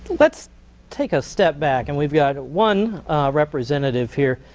let's take a step back, and we've got one representative here.